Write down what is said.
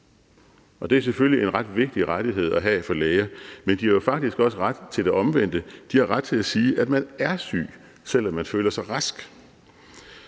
og det er selvfølgelig en ret vigtig rettighed at have for læger. Men de har jo faktisk også ret til det omvendte: De har ret til at sige, at man er syg, selv om man føler sig rask.